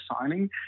signing